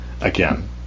Again